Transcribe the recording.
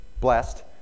blessed